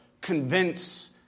convince